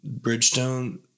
bridgestone